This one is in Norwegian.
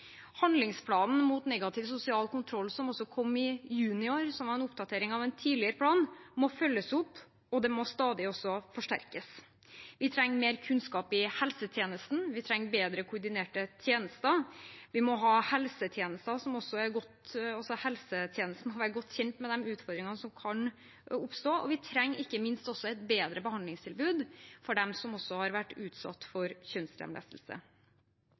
Handlingsplanen mot negativ sosial kontroll som kom i juni i år – og som er en oppdatering av en tidligere plan – må følges opp, og den må stadig forsterkes. Vi trenger mer kunnskap i helsetjenesten, vi trenger bedre koordinerte tjenester, vi må ha helsetjenester som er godt kjent med de utfordringene som kan oppstå, og vi trenger ikke minst et bedre behandlingstilbud for dem som også har vært utsatt for kjønnslemlestelse.